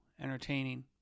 entertaining